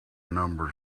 numbers